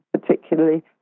particularly